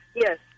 Yes